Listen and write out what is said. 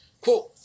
Quote